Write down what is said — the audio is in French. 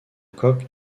coque